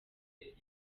brig